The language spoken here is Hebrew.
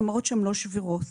זה